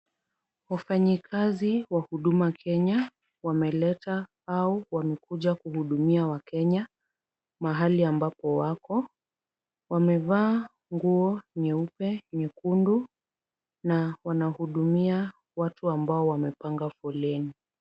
Wafanyikazi wa Huduma Kenya wameleta au wamekuja kuhudumia wakenya mahali ambapo wapo. Wamevaa nguo nyeupe, nyekundu na wanahudumia watu ambao wamepanga foleni.